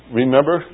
remember